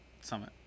summit